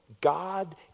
God